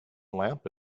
lamp